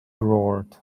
roared